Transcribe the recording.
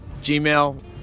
Gmail